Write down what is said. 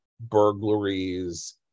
burglaries